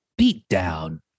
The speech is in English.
beatdown